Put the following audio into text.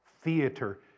theater